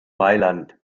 mailand